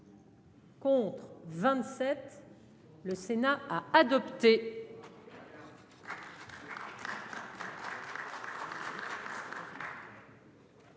Contre 27, le Sénat a adopté.